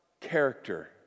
character